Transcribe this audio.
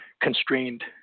constrained